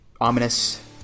ominous